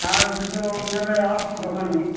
হ্যাঁ জুতো নেবেন আসুন দোকানে